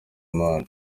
imana